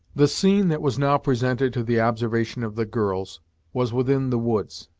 the scene that was now presented to the observation of the girls was within the woods,